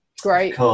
great